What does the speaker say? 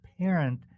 parent